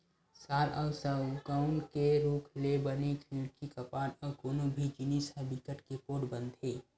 साल अउ सउगौन के रूख ले बने खिड़की, कपाट अउ कोनो भी जिनिस ह बिकट के पोठ बनथे